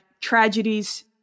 tragedies